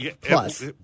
Plus